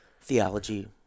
theology